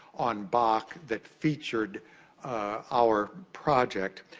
on bach, that featured our project.